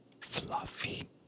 fluffy